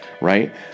right